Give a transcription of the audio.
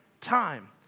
time